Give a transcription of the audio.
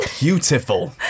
beautiful